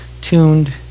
tuned